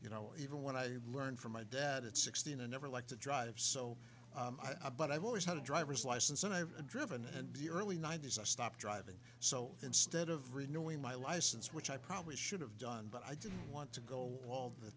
you know even when i learned from my dad at sixteen a never like to drive so i but i've always had a driver's license and i've driven and the early ninety's i stopped driving so instead of renewing my license which i probably should have done but i didn't want to go all the